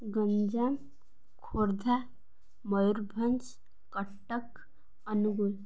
Ganjam Khordha Mayurbhanj Cuttack Angul